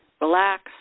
relax